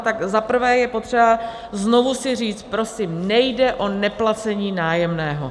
Tak za prvé je potřeba znovu si říct prosím, nejde o neplacení nájemného.